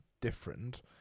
different